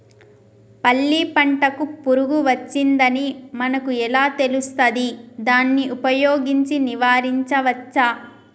పల్లి పంటకు పురుగు వచ్చిందని మనకు ఎలా తెలుస్తది దాన్ని ఉపయోగించి నివారించవచ్చా?